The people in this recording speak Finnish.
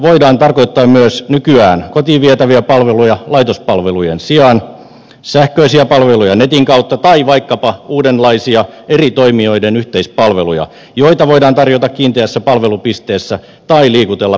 lähipalveluilla voidaan tarkoittaa myös nykyään kotiin vietäviä palveluja laitospalvelujen sijaan sähköisiä palveluja netin kautta tai vaikkapa uudenlaisia eri toimijoiden yhteispalveluja joita voidaan tarjota kiinteässä palvelupisteessä tai liikutella pyörillä potilaan luo